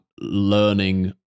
learning